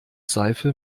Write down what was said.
seife